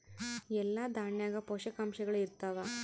ಎಲ್ಲಾ ದಾಣ್ಯಾಗ ಪೋಷಕಾಂಶಗಳು ಇರತ್ತಾವ?